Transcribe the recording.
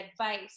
advice